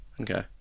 Okay